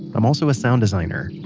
i'm also a sound designer.